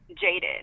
jaded